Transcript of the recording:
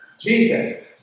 Jesus